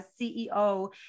CEO